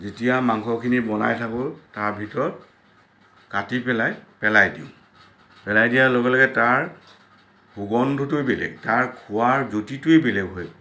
যেতিয়া মাংসখিনি বনাই থাকোঁ তাৰ ভিতৰত কাটি পেলাই পেলাই দিওঁ পেলাই দিয়াৰ লগে লগে তাৰ সুগন্ধটোৱে বেলেগ তাৰ খোৱাৰ জুতিটোৱে বেলেগ হৈ পৰে